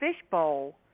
fishbowl